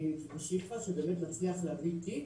בשאיפה שבאמת נצליח להביא תיק,